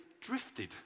drifted